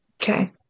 Okay